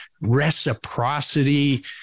reciprocity